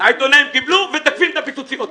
העיתונים קיבלו ותוקפים את הפיצוציות,